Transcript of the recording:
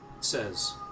Says